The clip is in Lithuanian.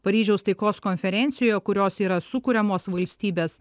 paryžiaus taikos konferencijoje kurios yra sukuriamos valstybės